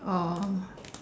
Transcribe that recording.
oh